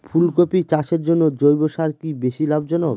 ফুলকপি চাষের জন্য জৈব সার কি বেশী লাভজনক?